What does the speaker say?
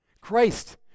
Christ